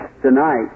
tonight